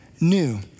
new